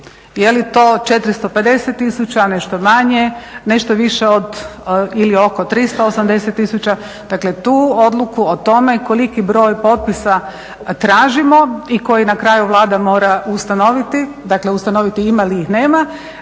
Je li to 450 tisuća, nešto manje, nešto više od, ili oko 380 tisuća? Dakle tu odluku o tome koliki broj potpisa tražimo i koji na kraju Vlada mora ustanoviti, dakle ustanoviti ima li ih ili